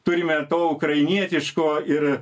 turime to ukrainietiško ir